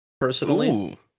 personally